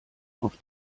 auf